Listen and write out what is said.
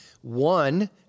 one